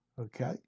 Okay